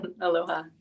Aloha